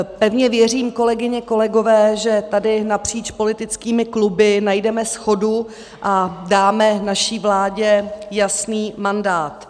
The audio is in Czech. Pevně věřím, kolegyně, kolegové, že tady napříč politickými kluby najdeme shodu a dáme naší vládě jasný mandát.